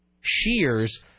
shears